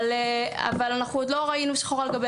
אבל אנחנו עוד לא ראינו שחור על גבי